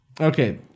okay